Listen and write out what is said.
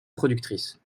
productrice